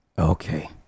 okay